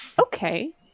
okay